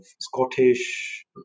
Scottish